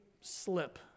slip